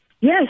Yes